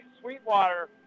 Sweetwater